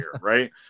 Right